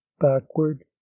backward